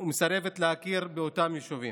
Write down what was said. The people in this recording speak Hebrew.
ומסרבת להכיר באותם יישובים.